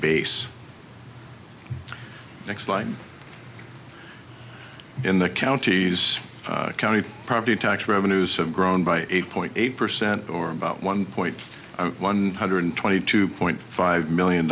base next line in the counties county property tax revenues have grown by eight point eight percent or about one point one hundred twenty two point five million